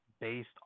based